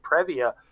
Previa